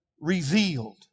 revealed